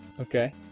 Okay